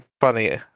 Funny